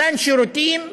מתן שירותים בסיסיים,